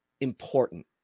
important